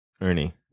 ernie